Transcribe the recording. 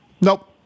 Nope